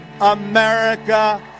America